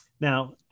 Now